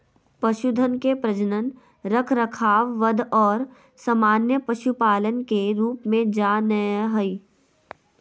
पशुधन के प्रजनन, रखरखाव, वध और सामान्य पशुपालन के रूप में जा नयय हइ